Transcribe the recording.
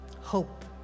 Hope